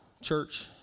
church